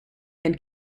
and